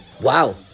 Wow